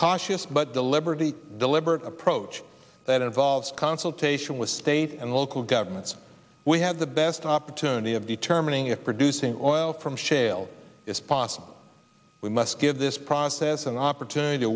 cautious but deliberately deliberate approach that involves consultation with state and local governments we have the best opportunity of determining if producing oil from shale is possible we must give this process an opportunity to